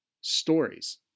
stories